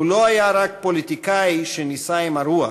הוא לא היה רק פוליטיקאי שנישא עם הרוח